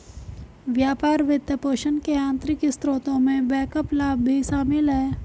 व्यापार वित्तपोषण के आंतरिक स्रोतों में बैकअप लाभ भी शामिल हैं